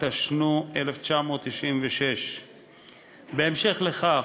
התשנ"ו 1996. בהמשך לכך,